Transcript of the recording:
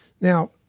now